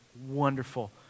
wonderful